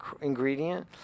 ingredient